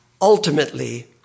ultimately